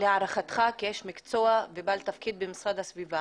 להערכתך כאיש מקצוע ובעל תפקיד במשרד להגנת הסביבה,